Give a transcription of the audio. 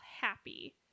happy